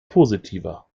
positiver